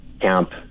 camp